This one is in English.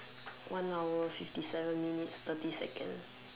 one hour fifty seven minutes thirty second